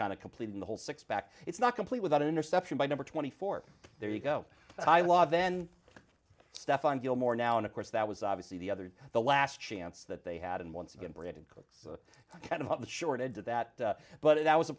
kind of completing the whole six back it's not complete without interception by number twenty four there you go by law then stefan gilmore now and of course that was obviously the other the last chance that they had and once again brandon cook's kind of the short end to that but it was a